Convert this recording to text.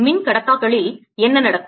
மின்கடத்தாக்களில் என்ன நடக்கும்